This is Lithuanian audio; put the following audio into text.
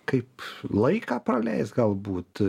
kaip laiką praleist galbūt